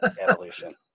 evolution